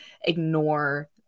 ignore